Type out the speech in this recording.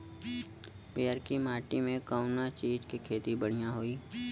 पियरकी माटी मे कउना चीज़ के खेती बढ़ियां होई?